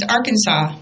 Arkansas